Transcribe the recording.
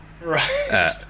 Right